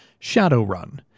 Shadowrun